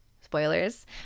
spoilers